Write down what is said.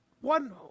One